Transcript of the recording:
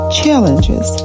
challenges